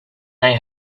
they